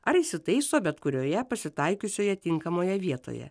ar įsitaiso bet kurioje pasitaikiusioje tinkamoje vietoje